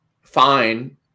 fine